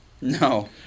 No